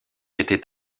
était